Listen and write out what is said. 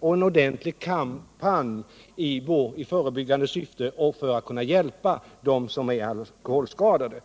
och en ordentlig kampanj i vår i förebyggande syfte och för att kunna hjälpa dem som är alkoholskadade.